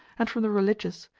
and from the religious,